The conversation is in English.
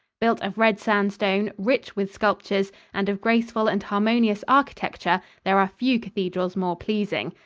built of red sandstone, rich with sculptures and of graceful and harmonious architecture, there are few cathedrals more pleasing.